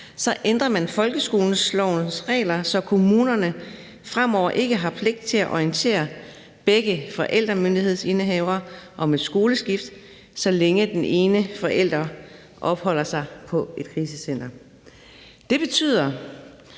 ændrer man folkeskolelovens regler, så kommunerne fremover ikke har pligt til at orientere begge forældremyndighedsindehavere om et skoleskift, så længe den ene forælder opholder sig på et krisecenter. Det betyder,